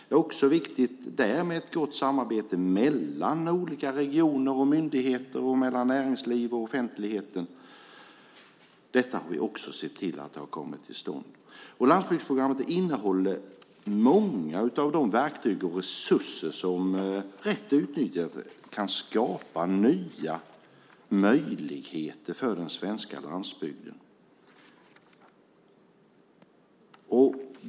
Det är också viktigt med ett gott samarbete mellan olika regioner och myndigheter och mellan näringsliv och offentlighet. Detta har vi också sett till har kommit till stånd. Landsbygdsprogrammet innehåller många av de verktyg och resurser som rätt utnyttjade kan skapa nya möjligheter för den svenska landsbygden.